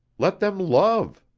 let them love!